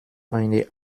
eine